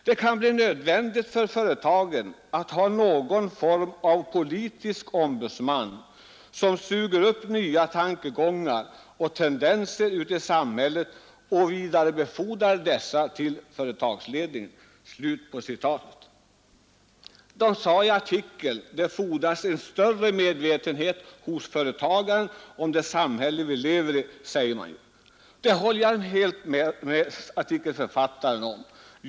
Det kan bli nödvändigt för företagen att ha någon form av politisk ombudsman, som suger upp nya tankegångar och tendenser ute i samhället och vidarebefordrar dessa till företagsledningen.” ”Det fordras en större medvetenhet hos företagaren om det samhälle vi lever i”, sägs det bl.a. i den artikeln. Det håller jag helt med artikelförfattaren om.